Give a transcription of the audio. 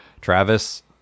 Travis